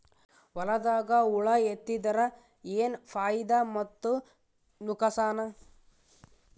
ಹೊಲದಾಗ ಹುಳ ಎತ್ತಿದರ ಏನ್ ಫಾಯಿದಾ ಮತ್ತು ನುಕಸಾನ?